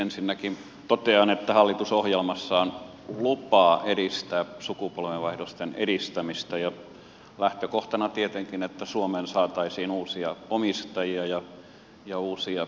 ensinnäkin totean että hallitus ohjelmassaan lupaa edistää sukupolvenvaihdosten edistämistä lähtökohtana tietenkin että suomeen saataisiin uusia omistajia ja uusia yrittäjiä